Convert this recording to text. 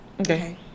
Okay